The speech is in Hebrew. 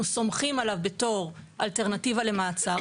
סומכים עליו בתור אלטרנטיבה למעצר.